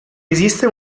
esiste